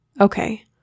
Okay